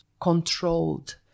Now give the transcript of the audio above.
controlled